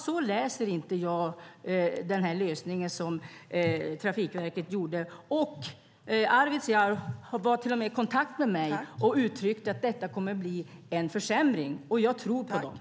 Så läser inte jag den lösning som Trafikverket gjorde. Arvidsjaur var till och med i kontakt med mig och uttryckte att detta kommer att bli en försämring, och jag tror på dem.